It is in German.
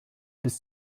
bis